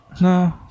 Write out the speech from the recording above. No